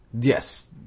yes